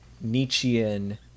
Nietzschean